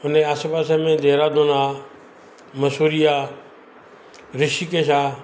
हुन जे आसे पासे में जे दहरादून आहे मसूरी आहे ऋषिकेश आहे